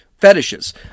fetishes